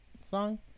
song